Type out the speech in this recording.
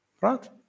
Right